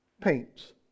paints